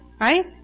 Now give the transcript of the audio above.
Right